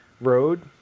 Road